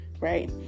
right